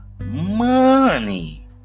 money